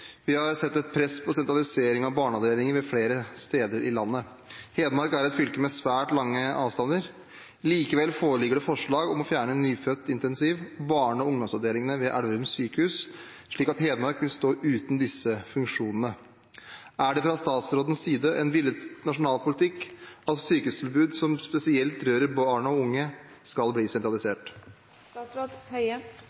press på sentralisering av barneavdelinger flere steder i landet. Hedmark er et fylke med svært lange avstander. Likevel foreligger det forslag om å fjerne nyfødt-intensiv- og barne- og ungdomsavdelingene ved Elverum sjukehus, slik at Hedmark vil stå uten disse viktige funksjonene. Er det fra statsrådens side en villet nasjonal politikk at sykehustilbud som spesielt berører barn og unge,